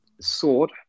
Sword